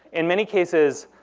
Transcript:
in many cases,